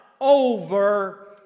over